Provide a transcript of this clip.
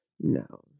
No